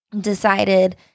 decided